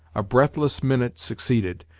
a breathless minute succeeded,